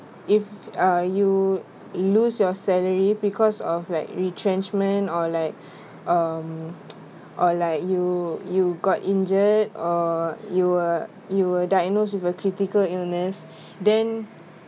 if uh you lose your salary because of like retrenchment or like um or like you you got injured or you were you were diagnosed with a critical illness then